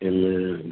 Amen